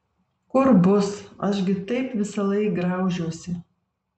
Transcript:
kur bus aš gi taip visąlaik graužiuosi